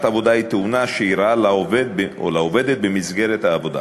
עבודה היא תאונה שאירעה לעובד או לעובדת במסגרת העבודה,